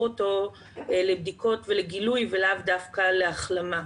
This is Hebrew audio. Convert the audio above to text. אותו לבדיקות ולגילוי ולאו דווקא להחלמה.